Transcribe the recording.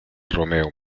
romeo